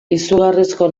izugarrizko